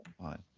fine